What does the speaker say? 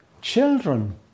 Children